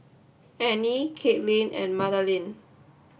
Anie Katelin and Madalynn